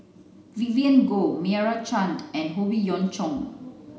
Vivien Goh Meira Chand and Howe Yoon Chong